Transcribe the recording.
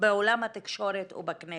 בעולם התקשורת ובכנסת.